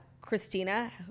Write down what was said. christina